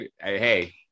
hey